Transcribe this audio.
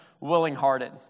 willing-hearted